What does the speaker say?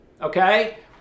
okay